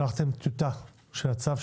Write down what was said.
שלחתם טיוטה של הצו.